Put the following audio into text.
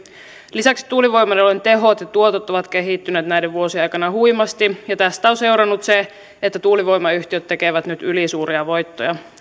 lisäksi tuulivoimaloiden tehot ja tuotot ovat kehittyneet näiden vuosien aikana huimasti ja tästä on seurannut se että tuulivoimayhtiöt tekevät nyt ylisuuria voittoja